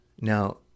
Now